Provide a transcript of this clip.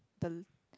the